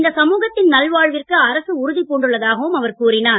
இந்த சமூகத்தின் நல்வாழ்விற்கு அரசு உறுதி பூண்டுள்ளதாகவும் அவர் கூறினார்